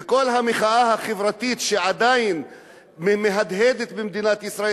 וכל המחאה החברתית שעדיין מהדהדת במדינת ישראל,